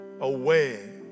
away